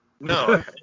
No